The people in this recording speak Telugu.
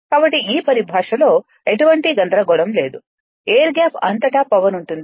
కాబట్టి ఈ పరిభాషలో ఎటువంటి గందరగోళం లేదుఎయిర్ గ్యాప్ అంతటా పవర్ ఉంటుంది